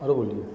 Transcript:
और बोलिए